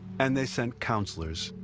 and they sent counselors,